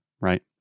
Right